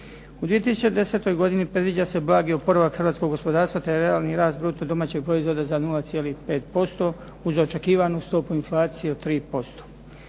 U 2010. godini predviđa se blagi oporavak hrvatskog gospodarstva te realni rast bruto domaćeg proizvoda za 0,5% uz očekivanu stopu inflacije od 3%.